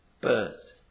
birth